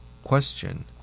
Question